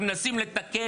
אנחנו מנסים לתקן.